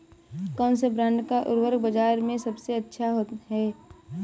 कौनसे ब्रांड का उर्वरक बाज़ार में सबसे अच्छा हैं?